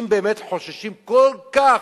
אם, באמת, חוששים כל כך